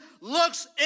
looks